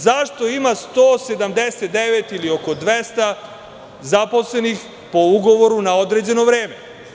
Zašto ima 179 ili oko 200 zaposlenih po ugovoru na određeno vreme?